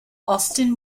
austin